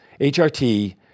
HRT